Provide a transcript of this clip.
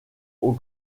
aux